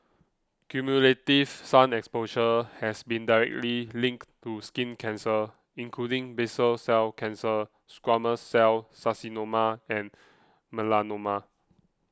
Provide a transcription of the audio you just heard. cumulative sun exposure has been directly linked to skin cancer including basal cell cancer squamous cell carcinoma and melanoma